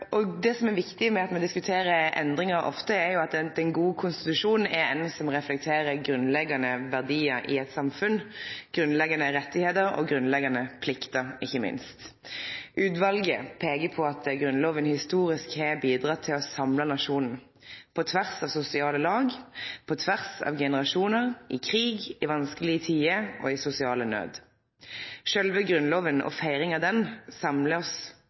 alle. Det som er viktig med at me diskuterer endringar ofte, er at ein god konstitusjon er ein som reflekterer grunnleggjande verdiar i eit samfunn, grunnleggjande rettar og – ikkje minst – grunnleggjande pliktar. Utvalet peiker på at Grunnloven historisk har bidratt til å samle nasjonen på tvers av sosiale lag, på tvers av generasjonar, i krig, i vanskelege tider og i sosial nød. Sjølve Grunnloven og feiringa av han samlar oss